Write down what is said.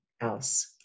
else